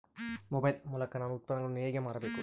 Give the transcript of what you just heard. Mobile ಮೂಲಕ ನಾನು ಉತ್ಪನ್ನಗಳನ್ನು ಹೇಗೆ ಮಾರಬೇಕು?